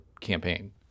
campaign